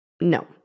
no